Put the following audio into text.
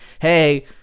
hey